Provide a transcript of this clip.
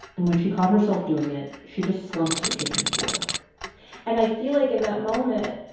and when she caught herself doing it, she just slumped to the kitchen floor and i feel like, in that moment,